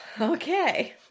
Okay